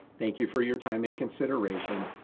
thank you for your time and consideration,